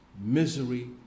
misery